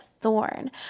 Thorn